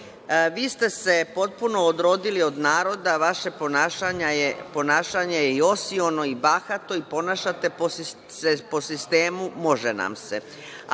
ste se potpuno odrodili od naroda. Vaše ponašanje je i osiono, bahato i ponašate se po sistemu „može nam se“,